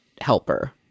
helper